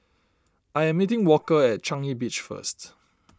I am meeting Walker at Changi Beach first